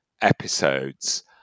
episodes